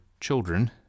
children